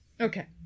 okay